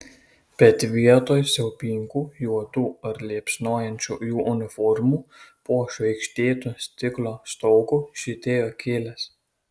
bet vietoj siaubingų juodų ar liepsnojančių jų uniformų po žvaigždėtu stiklo stogu žydėjo gėlės